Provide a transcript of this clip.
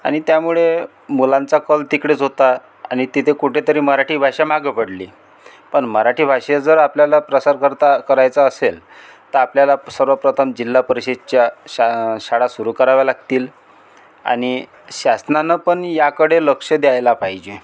आणि त्यामुळे मुलांचा कॉल तिकडेच होता आणि तिथे कुठे तरी मराठी भाषा मागं पडली पण मराठी भाषे जर आपल्याला प्रसार करता करायचा असेल तर आपल्याला सर्वप्रथम जिल्हा परिषेदच्या शाळा शाळा सुरू कराव्या लागतील आणि शासनांना पण याकडे लक्ष द्यायला पाहिजे